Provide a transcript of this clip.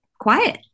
quiet